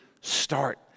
start